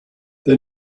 they